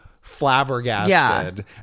flabbergasted